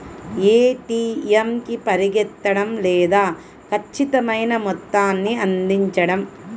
ATM కి పరిగెత్తడం లేదా ఖచ్చితమైన మొత్తాన్ని అందించడం